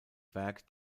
werk